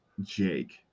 Jake